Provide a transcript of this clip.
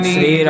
Sri